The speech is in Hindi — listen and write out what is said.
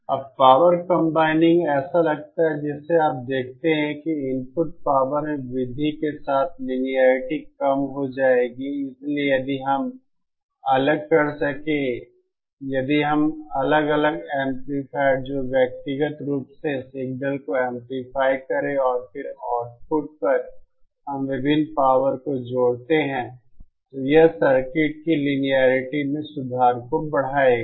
अब पावर कंबाइनिंग ऐसा लगता है जैसे आप देखते हैं कि इनपुट पावर में वृद्धि के साथ लिनियेरिटी कम हो जाएगी इसलिए यदि हम अलग कर सके यदि हम अलग अलग एम्पलीफायर जो व्यक्तिगत रूप से सिग्नल को एंपलीफाय करें और फिर आउटपुट पर हम विभिन्न पावर को जोड़ते हैं और यह सर्किट की लिनियेरिटी में सुधार को बढ़ाएगा